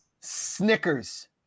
Snickers